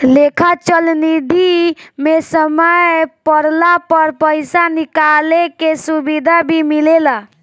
लेखा चल निधी मे समय पड़ला पर पइसा निकाले के सुविधा भी मिलेला